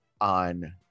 On